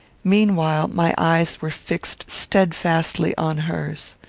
meanwhile my eyes were fixed steadfastly on hers.